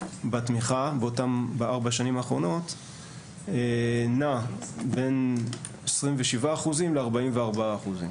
בתמיכה בארבע שנים האחרונות נע בין 27% ל-44%,